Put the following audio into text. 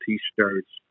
t-shirts